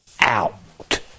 out